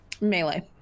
melee